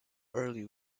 early